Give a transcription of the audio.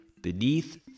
Beneath